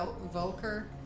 volker